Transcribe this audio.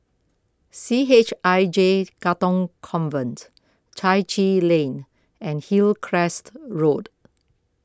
C H I J Katong Convent Chai Chee Lane and Hillcrest Road